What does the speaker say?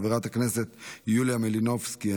חברת הכנסת יוליה מלינובסקי,